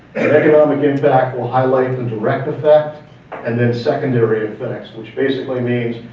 economic impact will highlight the direct effect and then secondary effects. which basically means,